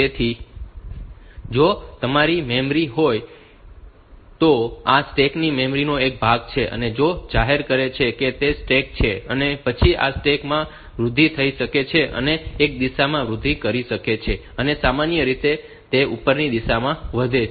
તેથી જો આ તમારી મેમરી હોય તો આ સ્ટેક મેમરી નો એક ભાગ છે જે જાહેર કરે છે કે તે સ્ટેક છે અને પછી આ સ્ટેક માં વૃદ્ધિ થઈ શકે છે અને તે એક દિશામાં વૃદ્ધિ કરી શકે છે અને સામાન્ય રીતે તે ઉપરની દિશામાં વધે છે